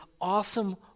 awesome